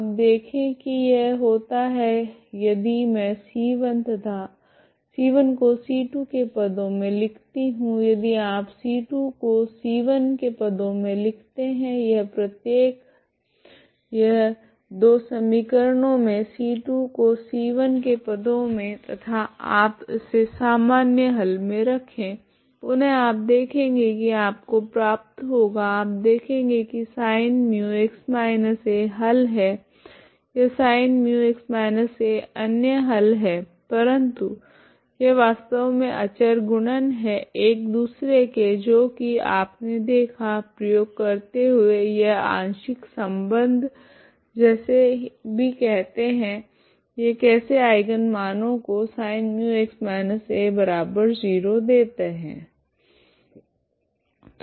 अब देखे की यह होता है यदि मैं c1 को c2 के पदो मे लिखती हूँ यदि आप c2 को c1 के पदो मे लिखते है यह प्रत्येक यह दो समीकरणों मे c2 को c1 के पदो मे तथा आप इसे सामान्य हल मे रखे पुनः आप देखेगे की आपको प्राप्त होगा आप देखेगे की sin μx−a हल है या sin μx−a अन्य हल है परंतु यह वास्तव मे अचर गुणन है एक दूसरे के जो की आपने देखा प्रयोग करते हुए यह आंशिक संबंध जैसे भी कहते है यह कैसे आइगन मानो को sin μx−a0 देते है